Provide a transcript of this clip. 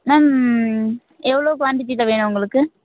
ma'am எவ்வளோ குவாண்டிட்டியில வேணும் உங்களுக்கு